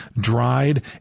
dried